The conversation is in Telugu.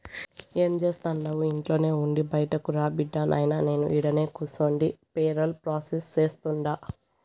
ఏం జేస్తండావు ఇంట్లోనే ఉండి బైటకురా బిడ్డా, నాయినా నేను ఈడనే కూసుండి పేరోల్ ప్రాసెస్ సేస్తుండా